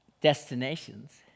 Destinations